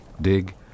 Dig